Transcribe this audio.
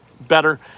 better